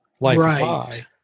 Right